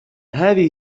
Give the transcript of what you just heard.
هذه